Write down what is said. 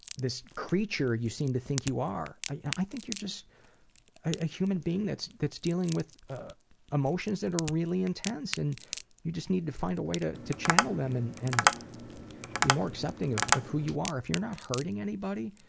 this creature you seem to think you are. are. i think you're just a human being that's that's dealing with ah emotions that are really intense and you just need to find a way to to channel them and and be more accepting of of who you are. if you're not hurting anybody,